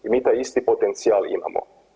Mi taj isti potencijal imamo.